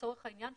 לצורך העניין,